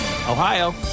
Ohio